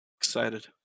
Excited